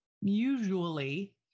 usually